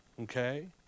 Okay